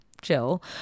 chill